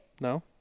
No